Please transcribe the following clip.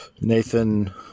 Nathan